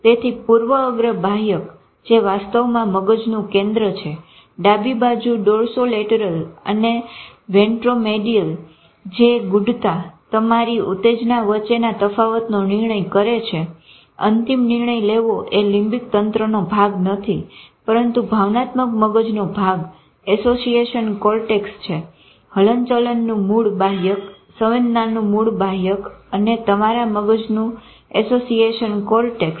તેથી પૂર્વ અગ્ર બાહ્યક જે વાસ્તવમાં મગજનું કેન્દ્ર છે ડાબી બાજુ ડોર્સોલેટરલ અને વેનટ્રોમેડીઅલ છે જે ગૂઢતા તમારી ઉતેજના વચ્ચેના તફાવતનો નિર્ણય કરે છે અંતિમ નિર્ણય લેવો એ લીમ્બીક તંત્રનો ભાગ નથી પરંતુ ભાવનાત્મક મગજનો ભાગ એસોસીયેશન કોર્ટેક્સ છે હલનચલનનું મૂળ બાહ્યક સંવેદનાનું મૂળ બાહ્યક અને તમારા મગજનું એસોસિયેશન કોર્ટેક્સ